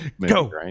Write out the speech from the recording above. Go